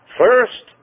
first